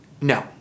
no